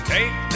Take